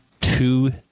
Two